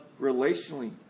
relationally